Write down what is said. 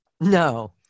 No